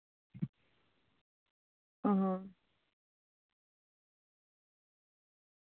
ᱚᱸᱻ